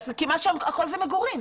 הכול שם מגורים.